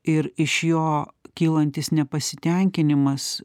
ir iš jo kylantis nepasitenkinimas